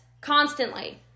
constantly